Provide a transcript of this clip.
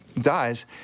dies